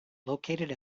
located